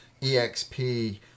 EXP